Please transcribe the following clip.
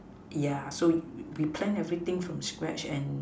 yeah so we plan everything from scratch and